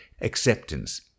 acceptance